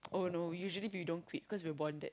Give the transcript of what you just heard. oh no we usually we don quit cause we are bonded